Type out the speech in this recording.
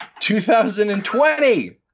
2020